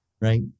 right